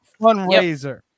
fundraiser